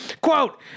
Quote